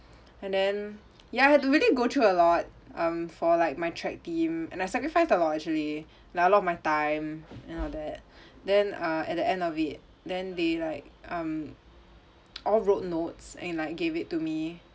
and then ya have to really go through a lot um for like my track team and I sacrificed a lot actually like a lot of my time \ and all that then uh at the end of it then they like um all wrote notes and like gave it to me